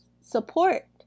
support